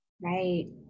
right